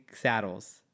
saddles